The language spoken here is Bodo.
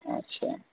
आथसा